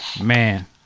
man